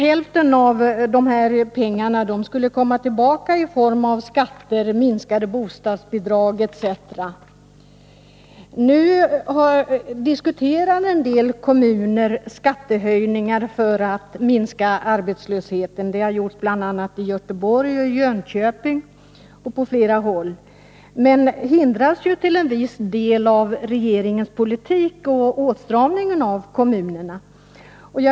Hälften av dessa pengar skulle komma tillbaka i form av skatter, minskade bostadsbidrag etc. Nu diskuterar en del kommuner skattehöjningar för att minska arbetslösheten — det görs bl.a. i Göteborg, Jönköping och på flera andra håll. Men de hindras till en viss del av regeringens politik och åtstramningen inom kommunerna.